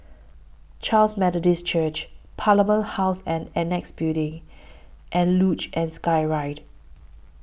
Charis Methodist Church Parliament House and Annexe Building and Luge and Skyride